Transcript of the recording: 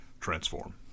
Transform